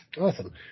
Awesome